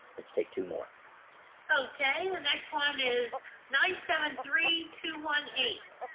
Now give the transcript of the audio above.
let's take two more okay. the next one is nine seven three two one.